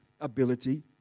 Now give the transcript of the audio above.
ability